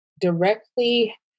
directly